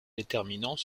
déterminant